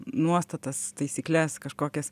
nuostatas taisykles kažkokias